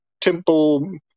temple